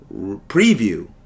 preview